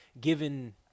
given